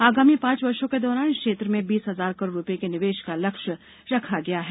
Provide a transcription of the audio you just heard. आगामी पाँच वर्षों के दौरान इस क्षेत्र में बीस हजार करोड रूपए के निवेश का लक्ष्य् रक्षा गया है